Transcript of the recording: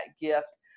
gift